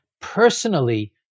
personally